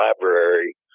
library